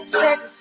sex